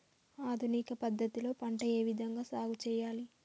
ఆధునిక పద్ధతి లో పంట ఏ విధంగా సాగు చేయాలి?